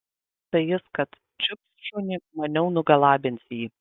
tai jis kad čiups šunį jau maniau nugalabins jį